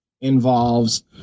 involves